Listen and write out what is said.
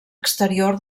exterior